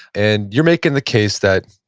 and you're making the case that,